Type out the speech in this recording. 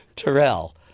Terrell